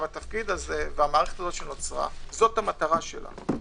התפקיד הזו, והמערכת שנוצרה - זו המטרה שלה.